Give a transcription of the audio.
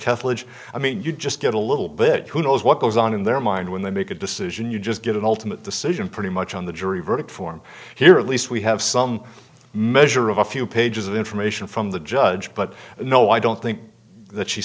kathleen i mean you just get a little bit who knows what goes on in their mind when they make a decision you just get an ultimate decision pretty much on the jury verdict form here at least we have some measure of a few pages of information from the judge but no i don't think that she